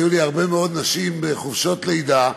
היו לי הרבה מאוד נשים בחופשות לידה,